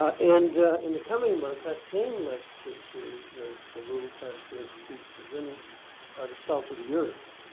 and in the coming months that same lecture series of the raul castro institute is presenting ah the salt of the earth.